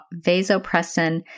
vasopressin